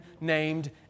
named